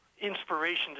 inspiration